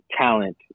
talent